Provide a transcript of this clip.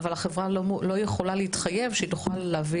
אבל החברה לא יכולה להתחייב שהיא תוכל להביא